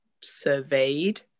surveyed